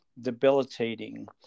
debilitating